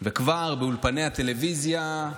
וכבר באולפני הטלוויזיה,